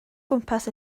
gwmpas